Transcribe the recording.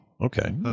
Okay